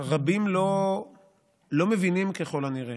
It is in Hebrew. רבים לא מבינים, ככל הנראה,